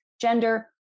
gender